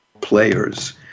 players